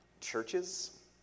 Churches